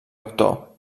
actor